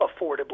affordably